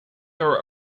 are